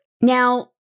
Now